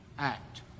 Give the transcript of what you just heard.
act